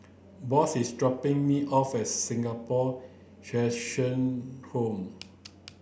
Boss is dropping me off at Singapore Cheshire Home